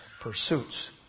pursuits